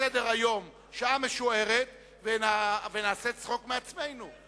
בסדר-היום שעה משוערת ונעשה צחוק מעצמנו.